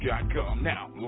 Now